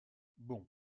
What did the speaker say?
bon